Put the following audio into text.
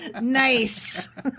Nice